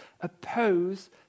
oppose